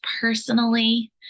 personally